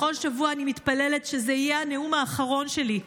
בכל שבוע אני מתפללת שזה יהיה הנאום האחרון שלי,